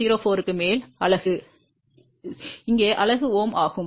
04 க்கு மேல் அலகு is இங்கே அலகு mho ஆகும்